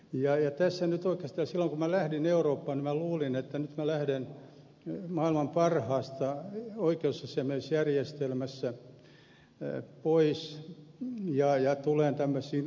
oikeastaan silloin kun minä lähdin eurooppaan minä luulin että nyt minä lähden maailman parhaasta oikeusasiamiesjärjestelmästä pois ja tulen tämmöisiin alikehittyneisiin oikeusasiamiesjärjestelmiin